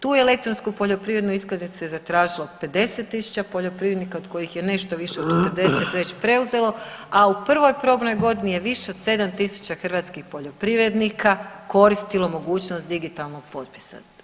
Tu elektronsku poljoprivrednu iskaznicu je zatražilo 50.000 poljoprivrednika od kojih je nešto više od 40.000 već preuzelo, a u prvoj probnoj godini je više od 7 tisuća hrvatskih poljoprivrednika koristilo mogućnost digitalnog potpisa.